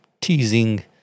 teasing